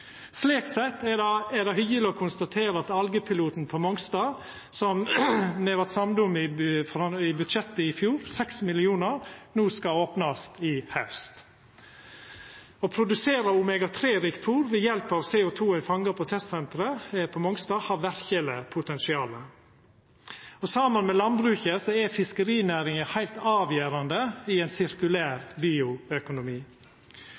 Slik sett er det hyggjeleg å konstatera at algepiloten på Mongstad, som me vart samde om at skulle få 6 mill. kr i budsjettet i fjor, skal opnast no i haust. Å produsera omega 3-rikt fôr ved hjelp av CO 2 fanga på testsenteret på Mongstad har verkeleg potensial. Saman med landbruket er fiskerinæringa heilt avgjerande i ein